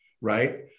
right